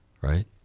right